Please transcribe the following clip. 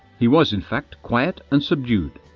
he was, in fact, quiet and subdued.